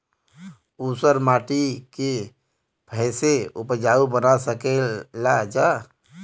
ऊसर माटी के फैसे उपजाऊ बना सकेला जा?